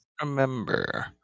remember